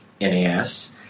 NAS